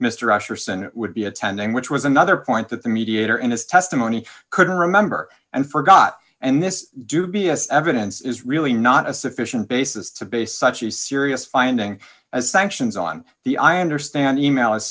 senate would be attending which was another point that the mediator in his testimony couldn't remember and forgot and this dubious evidence is really not a sufficient basis to base such a serious finding as sanctions on the i understand email is